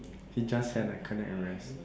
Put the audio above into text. he just send a cadet arrest